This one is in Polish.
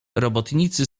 robotnicy